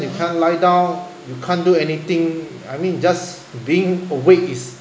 you can't lie down you can't do anything I mean just being awake is